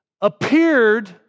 appeared